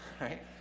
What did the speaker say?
right